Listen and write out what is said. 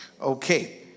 Okay